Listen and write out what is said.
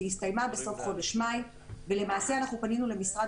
היא הסתיימה בסוף חודש מאי ולמעשה אנחנו פנינו למשרד